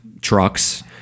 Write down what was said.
trucks